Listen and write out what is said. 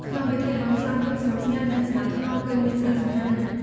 ក្នុងពិធីបុណ្យសព ភាពស្ងប់ស្ងាត់ និងសណ្តាប់ធ្នាប់គឺមានសារៈសំខាន់ណាស់។